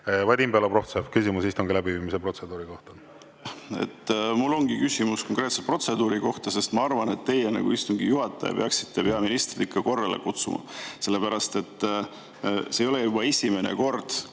Vadim Belobrovtsev, küsimus istungi läbiviimise protseduuri kohta. Mul ongi küsimus konkreetse protseduuri kohta. Ma arvan, et teie istungi juhatajana peaksite peaministrit ikka korrale kutsuma, sellepärast et see ei ole esimene kord,